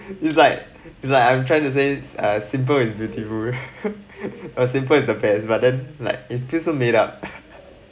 it's like like I'm trying to say err simple is beautiful simple is the best but then like it feels so made up